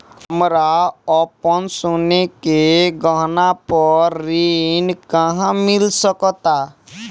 हमरा अपन सोने के गहना पर ऋण कहां मिल सकता?